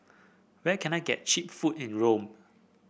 where can I get cheap food in Rome